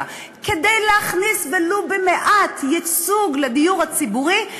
כדי להכניס ולו במעט ייצוג לדיור הציבורי,